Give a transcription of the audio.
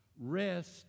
Rest